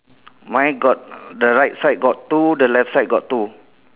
mine got the right side got two the left side got two